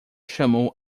chamou